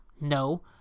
No